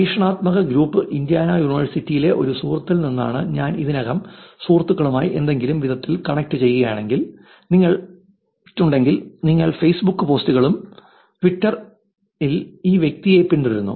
പരീക്ഷണാത്മക group Indiana യൂണിവേഴ്സിറ്റിയിലെ ഒരു സുഹൃത്തിൽ നിന്നാണ് ഞാൻ ഇതിനകം സുഹൃത്തുക്കളുമായി ഏതെങ്കിലും വിധത്തിൽ കണക്റ്റുചെയ്തിട്ടുണ്ടെങ്കിൽ നിങ്ങൾ ഫേസ്ബുക്ക് പോസ്റ്റുകളും ട്വിറ്ററിൽ ഈ വ്യക്തിയെ പിന്തുടരുന്നു